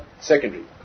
secondary